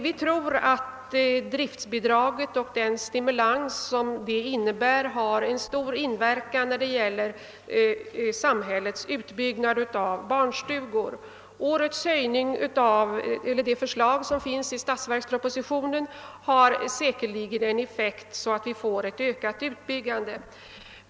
Vi tror att driftbidraget och den stimulans som detta innebär har en stor inverkan på samhällets utbyggnad av barnstugor. Det förslag som finns med i statsverkspropositionen om en höjning härav har säkerligen den effekten att vi får ett ökat utbyggande av verksamheten.